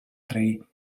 three